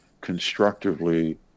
constructively